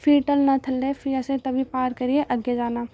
भी ढलना थल्लै ई भी असें तवी पार करियै अग्गें जाना